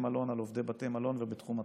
מלון לעובדי בתי מלון ובתחום התיירות,